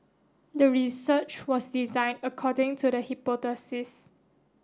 the research was designed according to the hypothesis